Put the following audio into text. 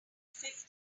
fifth